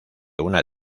una